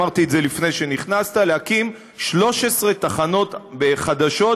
אמרתי את זה לפני שנכנסת: להקים 13 תחנות חדשות